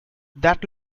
that